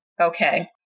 Okay